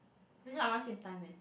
wake up around same time eh